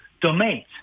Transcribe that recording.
domains